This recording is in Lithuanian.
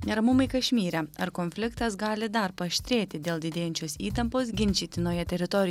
neramumai kašmyre ar konfliktas gali dar paaštrėti dėl didėjančios įtampos ginčytinoje teritorijoje